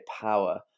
power